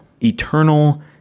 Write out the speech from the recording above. eternal